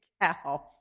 cow